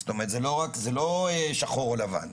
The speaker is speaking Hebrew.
זאת אומרת, זה לא רק, זה לא שחור או לבן.